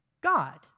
God